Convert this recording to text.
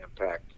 impact